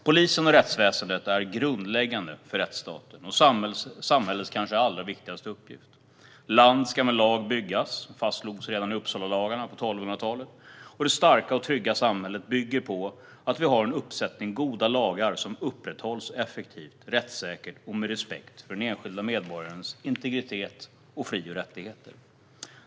Polisen och rättsväsendet är grundläggande för rättsstaten och samhällets kanske allra viktigaste uppgift. Land ska med lag byggas, fastslogs redan i Uppsalalagarna på 1200-talet. Det starka och trygga samhället bygger på att vi har en uppsättning goda lagar som upprätthålls effektivt, rättssäkert och med respekt för den enskilda medborgarens integritet och fri och rättigheter.